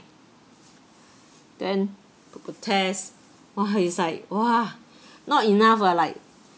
then pr~ protest !wah! it's like !wah! not enough uh like